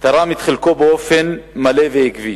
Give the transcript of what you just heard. תרם את חלקו באופן מלא ועקבי,